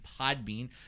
Podbean